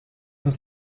uns